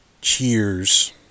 Cheers